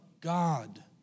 God